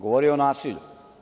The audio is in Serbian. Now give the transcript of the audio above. Govorio je o nasilju.